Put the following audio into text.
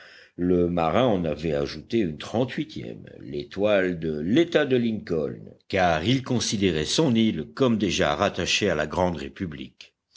le marin en avait ajouté une trente huitième l'étoile de l'état de lincoln car il considérait son île comme déjà rattachée à la grande république